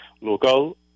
local